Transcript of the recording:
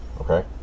Okay